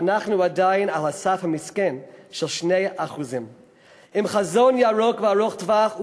ואנחנו עדיין על הסף המסכן של 2%. עם חזון ירוק וארוך-טווח,